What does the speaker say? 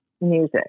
music